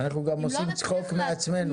אם לא נטמיע אותם --- אנחנו גם עושים צחוק מעצמנו,